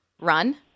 run